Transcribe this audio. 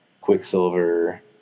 Quicksilver